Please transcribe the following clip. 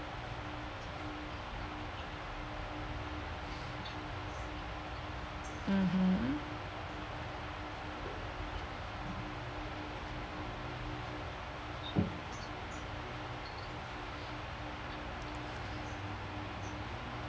mmhmm